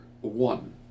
one